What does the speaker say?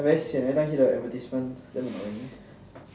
very sian every time near the advertisement damn annoying